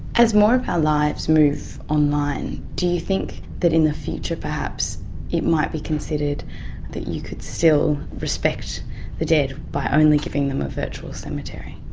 as more of our lives move online, do you think that in the future perhaps it might be considered that you could still respect the dead by only giving them a virtual cemetery?